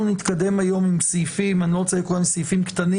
אנחנו נתקדם היום עם סעיפים אני לא רוצה לקרוא להם "סעיפים קטנים",